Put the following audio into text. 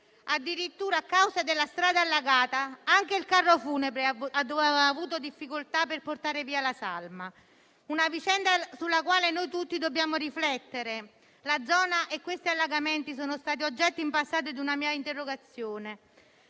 Addirittura, a causa della strada allagata, anche il carro funebre ha avuto difficoltà a portare via la salma. Si tratta di una vicenda sulla quale tutti dobbiamo riflettere. La zona e questi allagamenti sono stati oggetto in passato di una mia interrogazione